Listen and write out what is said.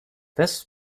this